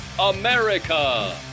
America